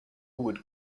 would